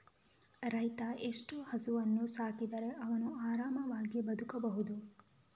ರೈತ ಎಷ್ಟು ಹಸುವನ್ನು ಸಾಕಿದರೆ ಅವನು ಆರಾಮವಾಗಿ ಬದುಕಬಹುದು?